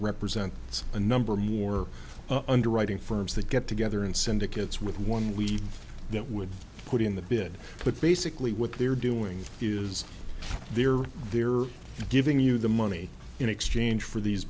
represents a number more underwriting firms that get together and syndicates with one we that would put in the bid but basically what they're doing is they're they're giving you the money in exchange for these